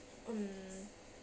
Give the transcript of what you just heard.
um